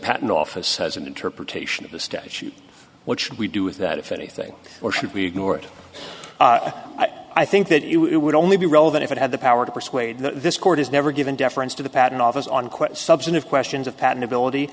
patent office has an interpretation of the statute which we do with that if anything or should we ignore it i think that it would only be relevant if it had the power to persuade this court has never given deference to the patent office on quite substantive questions of patentability